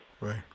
Right